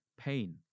pain